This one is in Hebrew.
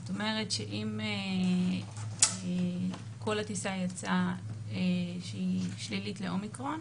זאת אומרת שאם כל הטיסה יצאה שלילית לאומיקרון,